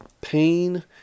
pain